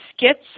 skits